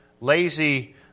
lazy